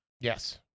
Yes